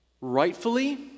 rightfully